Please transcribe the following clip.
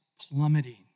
plummeting